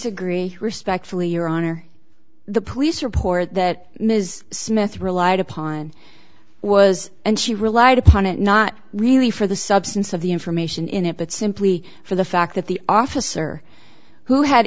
agree respectfully your honor the police report that ms smith relied upon was and she relied upon it not really for the substance of the information in it but simply for the fact that the officer who had